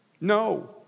no